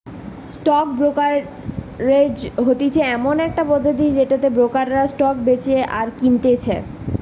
stock brokerage হতিছে এমন একটা পদ্ধতি যেটাতে ব্রোকাররা স্টক বেচে আর কিনতেছে